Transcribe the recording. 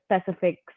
specifics